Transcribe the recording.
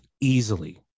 easily